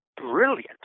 brilliant